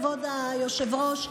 כבוד היושב-ראש,